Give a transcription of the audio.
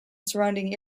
surrounding